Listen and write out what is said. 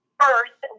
first